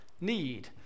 need